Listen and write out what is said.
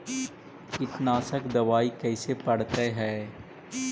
कीटनाशक दबाइ कैसे पड़तै है?